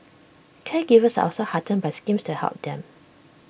caregivers are also heartened by schemes to help them